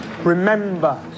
Remember